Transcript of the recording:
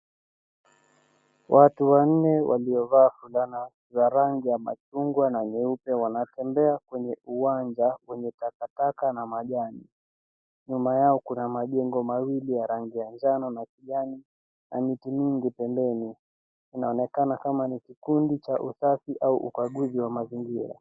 Watu wanne walio vaa fulana za rangi ya machungwa na nyeupe wanatembea kwenye uwanja wenye takataka na majani nyuma yao kuna majengo mawili ya rangi ya njano na kijani na miti mingi pembeni inaonekana kama ni kikundi cha usafi au ukaguzi wa mazingira.